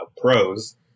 pros